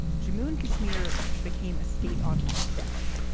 jammu and kashmir became a state on lockdown.